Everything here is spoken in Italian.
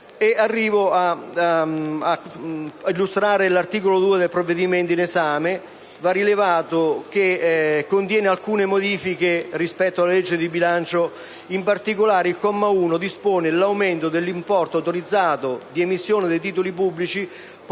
quindi ad illustrare l'articolo 2 del provvedimento in esame. Va anzitutto rilevato che esso contiene alcune modifiche rispetto alla legge di bilancio per il 2013. In particolare, il comma 1 dispone l'aumento dell'importo autorizzato di emissione dei titoli pubblici, portandolo